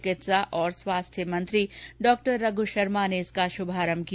चिकित्सा और स्वास्थ्य मंत्री डॉ रघ् शर्मा ने इस का शुभारंभ किया